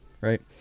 right